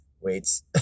weights